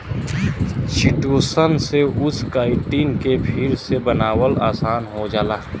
chitosan से उस chitin के फिर से बनावल आसान हो जाला